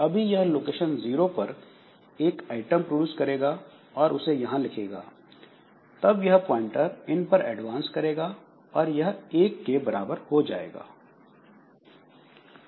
अभी यह location zero पर एक आइटम प्रोड्यूस करेगा और उसे यहां लिखेगा तब यह प्वाइंटर इन पर एडवांस करेगा और यह एक के बराबर हो जाएगा